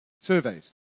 surveys